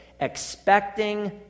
expecting